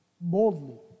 boldly